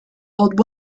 old